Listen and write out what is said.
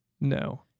No